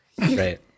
Right